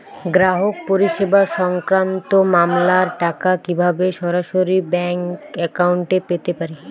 গ্রাহক পরিষেবা সংক্রান্ত মামলার টাকা কীভাবে সরাসরি ব্যাংক অ্যাকাউন্টে পেতে পারি?